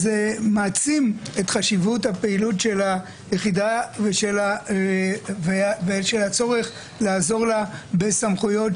זה מעצים את חשיבות הפעילות של היחידה ושל הצורך לעזור לה בסמכויות.